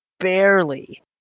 barely